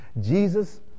Jesus